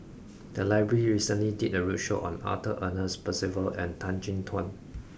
the library recently did a roadshow on Arthur Ernest Percival and Tan Chin Tuan